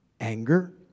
anger